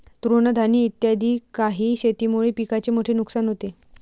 तृणधानी इत्यादी काही शेतीमुळे पिकाचे मोठे नुकसान होते